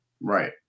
Right